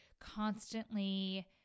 constantly